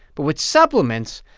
but with supplements,